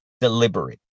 deliberate